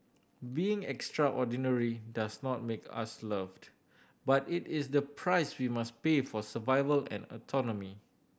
being extraordinary does not make us loved but it is the price we must pay for survival and autonomy